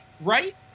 Right